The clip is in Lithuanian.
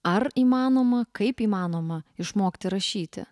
ar įmanoma kaip įmanoma išmokti rašyti